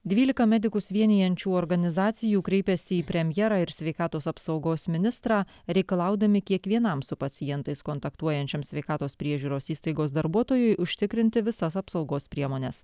dvylika medikus vienijančių organizacijų kreipėsi į premjerą ir sveikatos apsaugos ministrą reikalaudami kiekvienam su pacientais kontaktuojančiam sveikatos priežiūros įstaigos darbuotojui užtikrinti visas apsaugos priemones